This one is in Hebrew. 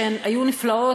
שהן היו נפלאות,